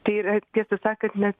tai yra tiesą sakant net